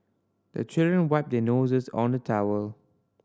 the children wipe their noses on the towel